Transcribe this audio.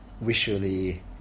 visually